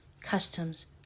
customs